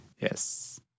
Yes